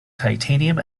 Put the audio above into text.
titanium